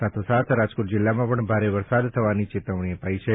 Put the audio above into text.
સાથોસાથ રાજકોટ જિલ્લામાં પણ ભારે વરસાદ થવાની ચેતવણી અપાઇ છે